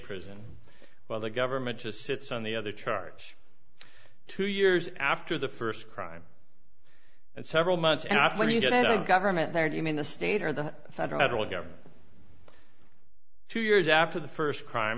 prison while the government just sits on the other charge two years after the first crime and several months after you get a government there do you mean the state or the federal government two years after the first crime